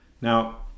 Now